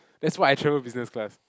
that's why I travel business class